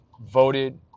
voted